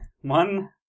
One